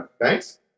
Thanks